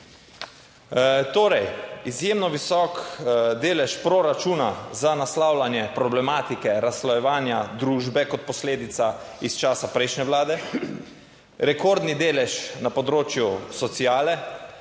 Torej izjemno visok delež proračuna za naslavljanje problematike razslojevanja družbe kot posledica iz časa prejšnje vlade. Rekordni delež na področju sociale,